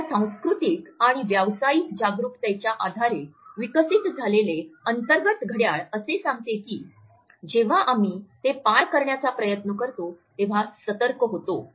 आपल्या सांस्कृतिक आणि व्यावसायिक जागरूकताच्या आधारे विकसित झालेले अंतर्गत घड्याळ असे सांगते की जेव्हा आम्ही ते पार करण्याचा प्रयत्न करतो तेव्हा सतर्क होतो